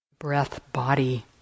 breath-body